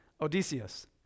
Odysseus